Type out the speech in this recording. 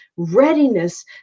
readiness